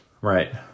Right